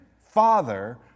Father